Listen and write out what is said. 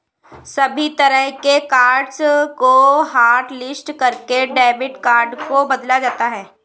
सभी तरह के कार्ड्स को हाटलिस्ट करके डेबिट कार्ड को बदला जाता है